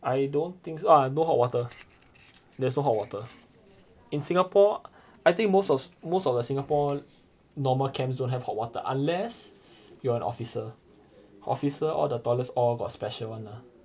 I don't think so ah no hot water there's no hot water in singapore I think most of most of the singapore normal camps don't have hot water unless you're an officer officer all the toilets all got special [one] lah